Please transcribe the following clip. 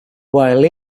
while